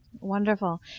Wonderful